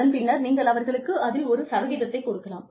அதன் பின்னர் நீங்கள் அவர்களுக்கு அதில் ஒரு சதவீதத்தைக் கொடுக்கலாம்